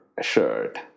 shirt